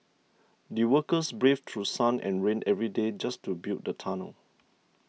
the workers braved through sun and rain every day just to build the tunnel